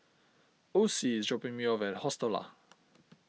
Ocie is dropping me off at Hostel Lah